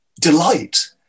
delight